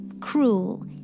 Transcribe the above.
cruel